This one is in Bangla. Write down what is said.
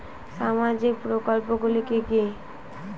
সামাজিক প্রকল্পগুলি কি কি?